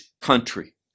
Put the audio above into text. Country